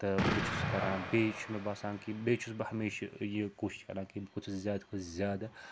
تہٕ بہٕ چھُس کَران بیٚیہِ چھُ مےٚ باسان کہِ بیٚیہِ چھُس بہٕ ہمیشہٕ یہِ کوٗش کَران کہِ بہٕ چھُس زیادٕ کھۄتہٕ زیادٕ